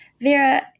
Vera